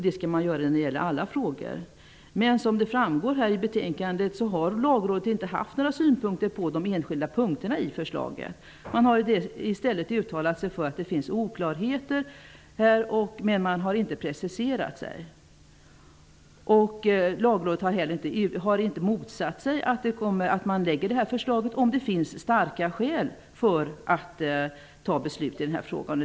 Det skall man göra i alla frågor. Men som framgår av betänkandet har Lagrådet inte haft några synpunkter på de enskilda punkterna i förslaget. Man har i stället uttalat att det finns oklarheter, dock utan att precisera sig. Lagrådet har heller inte motsatt sig att detta förslag läggs fram i riksdagen, om det finns starka skäl för att fatta beslut i frågan.